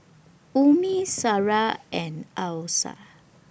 Ummi Sarah and Alyssa